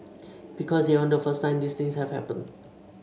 because they aren't the first time these things have happened